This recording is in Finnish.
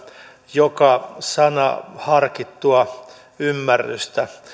joka sana harkittua ymmärrystä